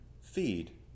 feed